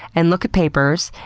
and look at papers,